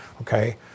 Okay